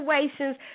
situations